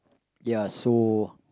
ya so